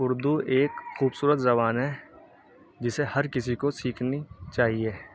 اردو ایک خوبصورت زبان ہے جسے ہر کسی کو سیکھنی چاہیے